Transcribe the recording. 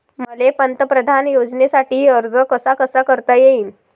मले पंतप्रधान योजनेसाठी अर्ज कसा कसा करता येईन?